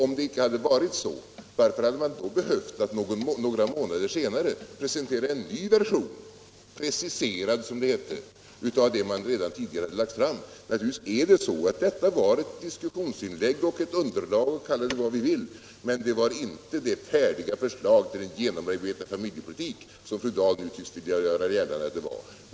Om det inte hade varit så, varför hade man då några månader senare behövt presentera en ny version — preciserad, som det hette — av vad man redan tidigare hade lagt fram? Nej, detta var naturligtvis ett diskussionsinlägg eller ett underlag — vi kan kalla det vad vi vill — och inte det färdiga förslag till en genomarbetad familjepolitik som fru Dahl nu tycks vilja göra gällande att det var.